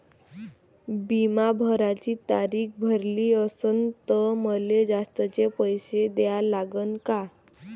बिमा भराची तारीख भरली असनं त मले जास्तचे पैसे द्या लागन का?